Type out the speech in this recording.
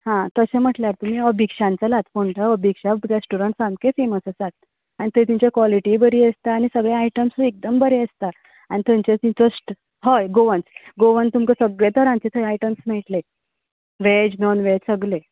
हां तशें म्हणल्यार तुमी अभिक्षान चलात फोंडा अभिक्षा रेस्टोरंट सामकें फेमस आसात आनी थंय तेंचे क्विलिटीय बरी आसता आनी सगलें आयटम्सूय एकदम बरें आसता आनी थंयचे टेस्ट हय गोवन गोवन तुमकां सगले तरांचें आयटम्स मेळटले वेज नोन वेज सगले